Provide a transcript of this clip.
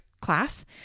class